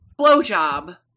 blowjob